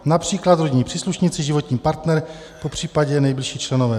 Například rodinní příslušníci, životní partner, popř. nejbližší členové.